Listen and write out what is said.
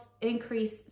increase